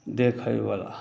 देखयवला